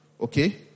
Okay